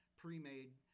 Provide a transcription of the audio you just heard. pre-made